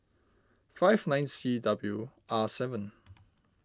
five nine C W R seven